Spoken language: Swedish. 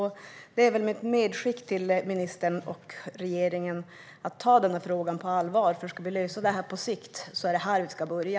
Detta är mitt medskick till ministern och regeringen: Ta den här frågan på allvar! Om vi ska lösa detta på sikt är det här vi ska börja.